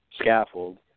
scaffold